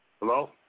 Hello